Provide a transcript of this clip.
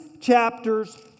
chapters